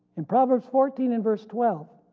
in proverbs fourteen and verse twelve